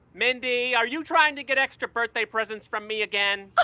mindy, are you trying to get extra birthday presents from me again? ah